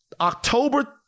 October